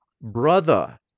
brother